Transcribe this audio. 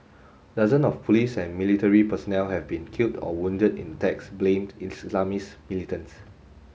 dozen of police and military personnel have been killed or wounded in attacks blamed on Islamist militants